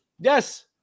Yes